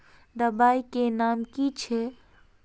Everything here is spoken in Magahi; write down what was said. दबाई के नाम की छिए?